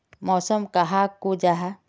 मौसम कहाक को जाहा?